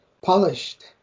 polished